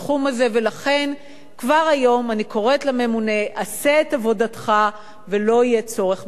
ולכן כבר היום אני קוראת לממונה: עשה את עבודתך ולא יהיה צורך בחקיקה.